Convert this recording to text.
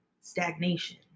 stagnation